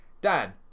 Dan